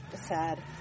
sad